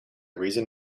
reason